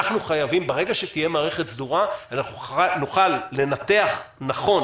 ברגע שתהיה מערכת סדורה, נוכל לנתח נכון